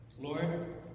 Lord